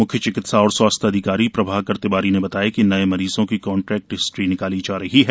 मुख्य चिकित्सा और स्वास्थ्य अधिकारी प्रभाकर तिवारी ने बताया कि नए मरीजों की कॉन्ट्रेक्ट हिस्ट्री निकाली जा रही है